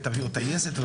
תביאו טייסת,